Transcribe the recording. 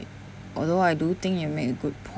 although I do think you made a good